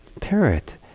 parrot